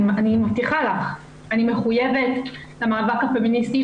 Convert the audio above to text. אני מבטיחה לך שאני מחויבת למאבק הפמיניסטי